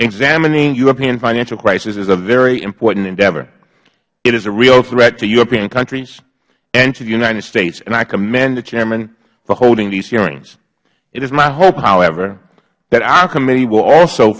examining the european financial crisis is a very important endeavor it is a real threat to european countries and to the united states and i commend the chairman for holding these hearings it is my hope however that our committee will also